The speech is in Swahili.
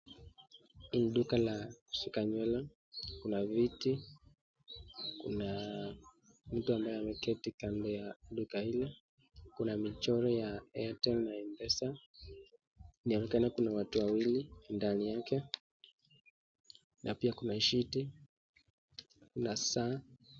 Hili ni duka la kushuka nywele. Kuna viti. Kuna mtu ambaye ameketi kando ya duka hilo. Kuna michoro ya Airtel na M-pesa. Inaonekana kuna watu wawili ndani yake na pia kuna shiti na saa.